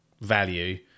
value